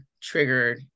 triggered